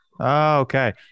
okay